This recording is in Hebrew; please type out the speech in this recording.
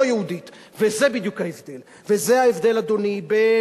וזה בדיוק ההבדל בכל דבר